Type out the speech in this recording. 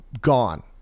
gone